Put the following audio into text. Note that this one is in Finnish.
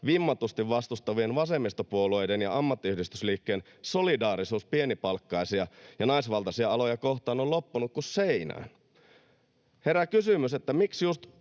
vimmatusti vastustavien vasemmistopuolueiden ja ammattiyhdistysliikkeen solidaarisuus pienipalkkaisia ja naisvaltaisia aloja kohtaan on loppunut kuin seinään. Herää kysymys, miksi just